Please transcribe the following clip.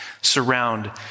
surround